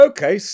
Okay